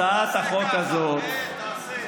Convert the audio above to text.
תעשה ככה, תעשה.